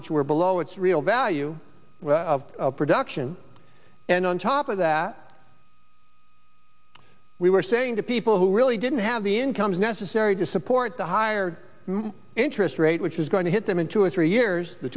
which were below its real value of production and on top of that we were saying to people who really didn't have the incomes necessary to support the higher interest rate which is going to hit them into a three years t